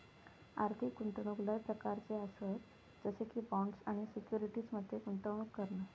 आर्थिक गुंतवणूक लय प्रकारच्ये आसत जसे की बॉण्ड्स आणि सिक्युरिटीज मध्ये गुंतवणूक करणा